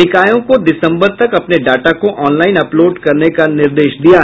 निकायों को दिसम्बर तक अपने डाटा को ऑनलाइन अपलोड करने का निर्देश दिया है